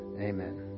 Amen